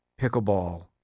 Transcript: Pickleball